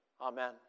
Amen